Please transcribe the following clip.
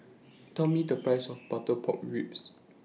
Tell Me The Price of Butter Pork Ribs